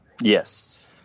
yes